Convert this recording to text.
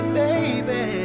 baby